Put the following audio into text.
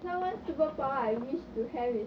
so one superpower I wish to have is